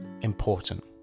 important